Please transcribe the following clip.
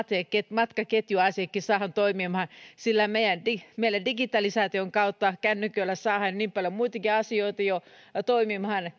matkaketjuasiatkin saadaan toimimaan meillä digitalisaation kautta kännyköillä saadaan niin paljon muitakin asioita jo toimimaan